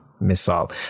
missile